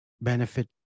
benefit